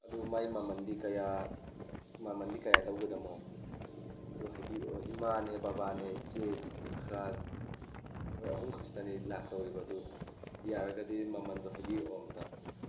ꯑꯗꯨ ꯃꯥꯒꯤ ꯃꯃꯜꯗꯤ ꯀꯌꯥ ꯃꯃꯜꯗꯤ ꯀꯌꯥ ꯂꯧꯒꯗꯃꯣ ꯑꯗꯨ ꯍꯥꯏꯕꯤꯔꯛꯑꯣ ꯏꯃꯥꯅꯦ ꯕꯕꯥꯅꯦ ꯏꯆꯦ ꯈꯔ ꯃꯣꯏ ꯑꯍꯨꯝꯈꯛꯁꯤꯇꯅꯦ ꯂꯥꯛꯇꯧꯔꯤꯕ ꯑꯗꯣ ꯌꯥꯔꯒꯗꯤ ꯃꯃꯜꯗꯣ ꯍꯥꯏꯕꯤꯔꯛꯑꯣ ꯑꯝꯇ